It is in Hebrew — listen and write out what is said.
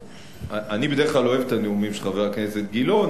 אני בדרך כלל אוהב את הנאומים של חבר הכנסת גילאון,